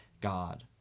God